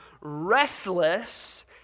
restless